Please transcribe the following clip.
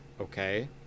okay